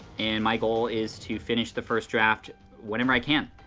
and my goal is to finish the first draft whenever i can.